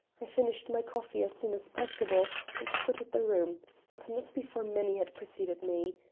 i finished my coffee as soon as possible and quitted the room, but not before many had preceded me.